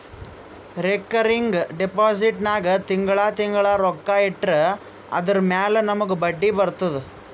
recurring deposit ನಾಗ್ ತಿಂಗಳಾ ತಿಂಗಳಾ ರೊಕ್ಕಾ ಇಟ್ಟರ್ ಅದುರ ಮ್ಯಾಲ ನಮೂಗ್ ಬಡ್ಡಿ ಬರ್ತುದ